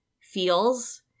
feels